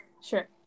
Sure